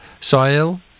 Soil